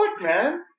man